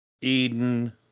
eden